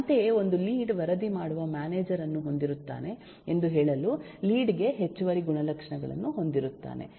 ಅಂತೆಯೇ ಒಂದು ಲೀಡ್ ವರದಿ ಮಾಡುವ ಮ್ಯಾನೇಜರ್ ಅನ್ನು ಹೊಂದಿರುತ್ತಾನೆ ಎಂದು ಹೇಳಲು ಲೀಡ್ ಗೆ ಹೆಚ್ಚುವರಿ ಗುಣಲಕ್ಷಣಗಳನ್ನು ಹೊಂದಿರುತ್ತಾನೆ